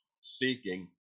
seeking